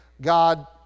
God